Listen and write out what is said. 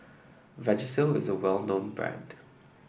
Vagisil is a well known brand